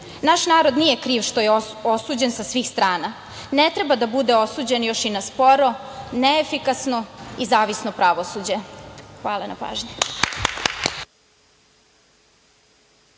Naš narod nije kriv što je osuđen sa svih strana, ne treba da bude osuđen još i na sporo, neefikasno i zavisno pravosuđe. Hvala na pažnji.